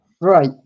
right